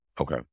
okay